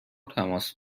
تماس